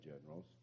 generals